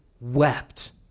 wept